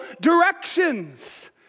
directions